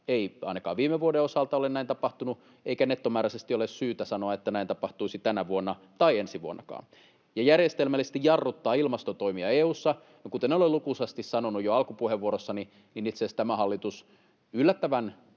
ei ainakaan viime vuoden osalta ole näin tapahtunut, eikä nettomääräisesti ole syytä sanoa, että näin tapahtuisi tänä vuonna tai ensi vuonnakaan — ja että järjestelmällisesti jarruttaisimme ilmastotoimia EU:ssa. Kuten olen lukuisasti sanonut jo alkupuheenvuorossani, itse asiassa tämä hallitus yllättävän